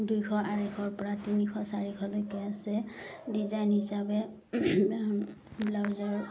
দুইশ আঢ়ৈশৰ পৰা তিনিশ চাৰিশলৈকে আছে ডিজাইন হিচাপে ব্লাউজৰ